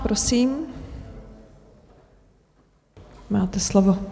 Prosím, máte slovo.